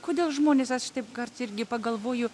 kodėl žmonės aš taip kartais irgi pagalvoju